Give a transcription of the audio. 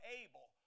able